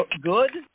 good